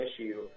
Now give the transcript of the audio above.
issue